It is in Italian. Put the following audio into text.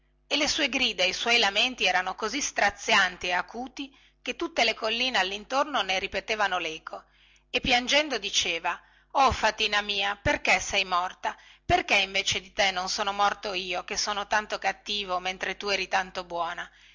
e le sue grida e i suoi lamenti erano così strazianti e acuti che tutte le colline allintorno ne ripetevano leco e piangendo diceva o fatina mia perché sei morta perché invece di te non sono morto io che sono tanto cattivo mentre tu eri tanto buona